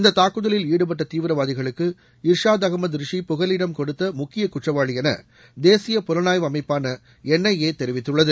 இந்தத் தாக்குதலில் ஈடுபட்ட தீவிரவாதிகளுக்கு இர்ஷாத் அசமது ரிஷி புகலிடம் கொடுத்த முக்கிய குற்றவாளி என தேசிய புலனாய்வு அமைப்பான என் ஐ ஏ தெரிவித்துள்ளது